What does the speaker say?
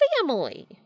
family